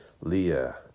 Leah